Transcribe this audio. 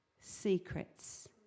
secrets